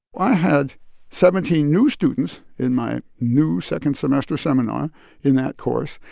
i had seventeen new students in my new second-semester seminar in that course,